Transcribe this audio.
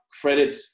credit